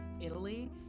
Italy